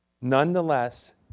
nonetheless